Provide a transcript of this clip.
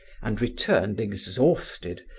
and returned exhausted,